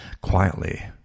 quietly